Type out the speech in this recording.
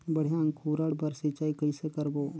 बढ़िया अंकुरण बर सिंचाई कइसे करबो?